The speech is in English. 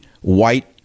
white